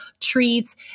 treats